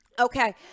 okay